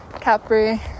Capri